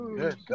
good